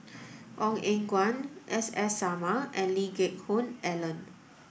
Ong Eng Guan S S Sarma and Lee Geck Hoon Ellen